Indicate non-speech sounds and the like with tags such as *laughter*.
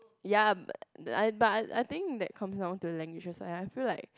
ya *noise* but I think that comes down to languages like I feel like